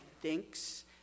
thinks